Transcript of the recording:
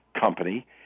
company